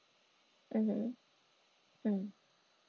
mmhmm